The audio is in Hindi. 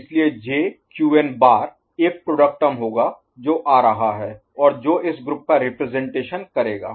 इसलिए J Qn बार एक प्रोडक्ट टर्म होगा जो आ रहा है और जो इस ग्रुप का रिप्रजेंटेशन करेगा